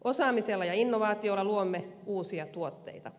osaamisella ja innovaatiolla luomme uusia tuotteita